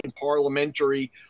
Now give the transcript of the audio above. parliamentary